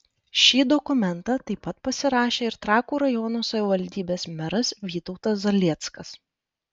šį dokumentą taip pat pasirašė ir trakų rajono savivaldybės meras vytautas zalieckas